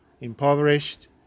impoverished